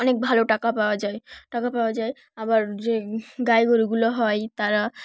অনেক ভালো টাকা পাওয়া যায় টাকা পাওয়া যায় আবার যে গাই গরুগুলো হয় তারা